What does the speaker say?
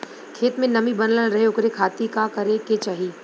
खेत में नमी बनल रहे ओकरे खाती का करे के चाही?